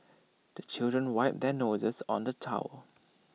the children wipe their noses on the towel